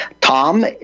Tom